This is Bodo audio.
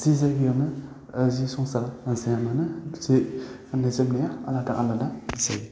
जि जायगायावनो जि संसार जायामानो जि गाननाय जोमनाया आलादा आलादा जायो